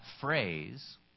phrase